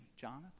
Jonathan